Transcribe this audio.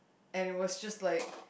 and it was just like